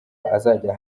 azajya